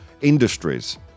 industries